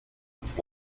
its